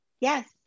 Yes